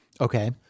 Okay